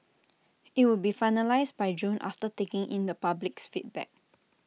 IT will be finalised by June after taking in the public's feedback